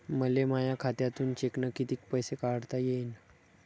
मले माया खात्यातून चेकनं कितीक पैसे काढता येईन?